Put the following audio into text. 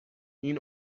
این